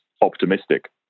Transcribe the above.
optimistic